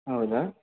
ಹೌದಾ